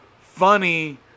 funny